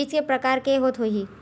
बीज के प्रकार के होत होही?